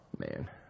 man